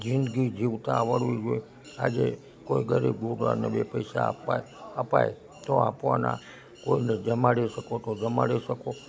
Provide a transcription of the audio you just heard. જિંદગી જીવતા આવડવી જોઈએ આજે કોઈ ગરીબ છોકરાને બે પૈસા આપવા અપાય તો આપવાના કોઈને જમાડી શકો તો જમાડી શકો